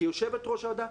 כיושבת ראש הוועדה,